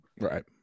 Right